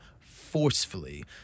forcefully